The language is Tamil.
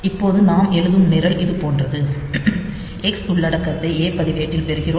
இப்போது நாம் எழுதும் நிரல் இது போன்றது எக்ஸ் உள்ளடக்கத்தை A பதிவேட்டில் பெறுகிறோம்